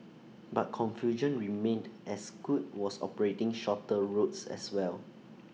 but confusion remained as scoot was operating shorter routes as well